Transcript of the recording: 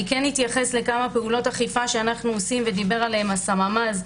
אני כן אתייחס לכמה פעולות אכיפה שאנחנו עושים ודיבר עליהם הסממ"ז,